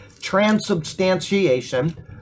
transubstantiation